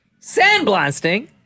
Sandblasting